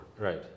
Right